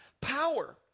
power